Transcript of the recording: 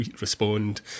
respond